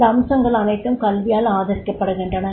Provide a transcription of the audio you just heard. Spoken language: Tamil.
இந்த அம்சங்கள் அனைத்தும் கல்வியால் ஆதரிக்கப்படுகின்றன